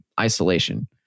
isolation